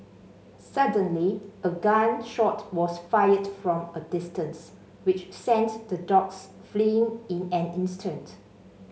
suddenly a gun shot was fired from a distance which sent the dogs fleeing in an instant